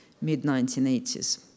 mid-1980s